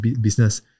business